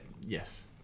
yes